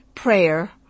prayer